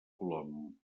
colom